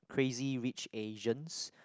Crazy-Rich-Asians